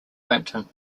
brampton